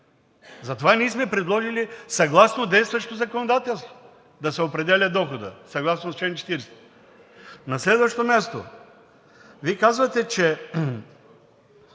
Затова ние сме предложили съгласно действащото законодателство да се определя доходът. Съгласно чл. 40. На следващо място, Вие казвате, че